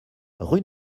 rue